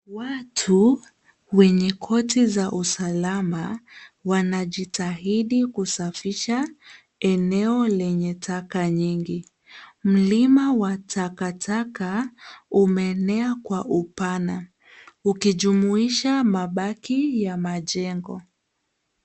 Watu wenye koti za usalama, wanajitahidi kusafisha eneo lenye taka nyingi. Mlima wa takataka, umeenea kwa upana, ukijumuisha mabaki ya majengo.